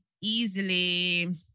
easily